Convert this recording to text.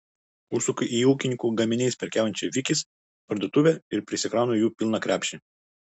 užsuku į ūkininkų gaminiais prekiaujančią vikis parduotuvę ir prisikraunu jų pilną krepšį